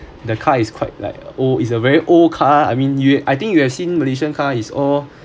the car is quite like old it's a very old car I mean you I think you have seen malaysian car is all